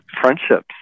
friendships